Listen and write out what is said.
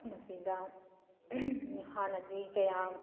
ꯃꯁꯤꯗ ꯍꯥꯟꯅꯗꯤ ꯀꯌꯥ